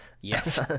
Yes